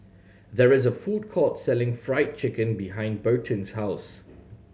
there is a food court selling Fried Chicken behind Burton's house